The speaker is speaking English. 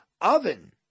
oven